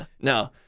No